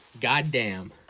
Goddamn